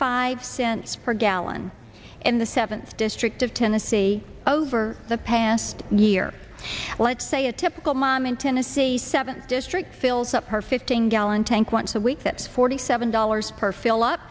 five cents per gallon in the seventh district of tennessee over the past year let's say a typical mom in tennessee seventh district fills up her fifteen gallon tank once a week that's forty seven dollars per fill up